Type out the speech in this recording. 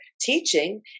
teaching